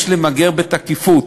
יש למגר בתקיפות.